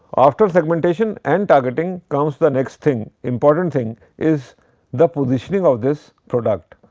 after segmentation and targeting comes the next thing important thing is the positioning of this product.